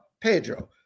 Pedro